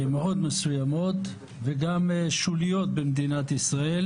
מאוד מסוימות וגם שוליות במדינת ישראל